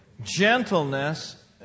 gentleness